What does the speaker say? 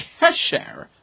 Kesher